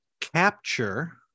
capture